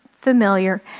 familiar